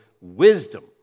wisdom